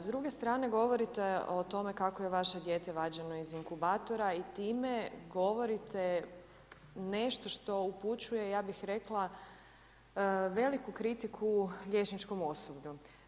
S druge strane govorite o tome kako je vaše dijete vađeno iz inkubatora i time govorite nešto što upućuje, ja bih rekla veliku kritiku liječničkom osoblju.